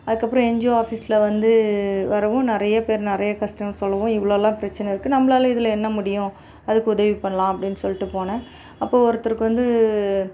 அதுக்கப்பறம் என்ஜிஓ ஆஃபீஸில் வந்து வரவும் நிறைய பேர் நிறைய கஷ்டங்கள் சொல்லவும் இவ்ளோலாம் பிரச்சனை இருக்கு நம்பளால் இதில் என்ன முடியும் அதுக்கு உதவி பண்ணலாம் அப்படின்னு சொல்லிட்டு போனேன் அப்போ ஒருத்தருக்கு வந்து